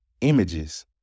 images